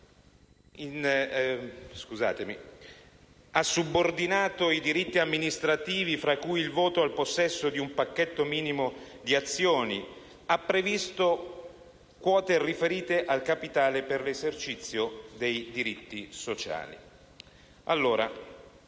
ha subordinato i diritti amministrativi, tra cui il voto al possesso di un pacchetto minimo di azioni, ha previsto quote riferite al capitale per l'esercizio dei diritti sociali.